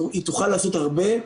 היא תוכל לעשות הרבה,